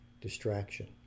distraction